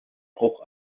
bruch